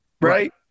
right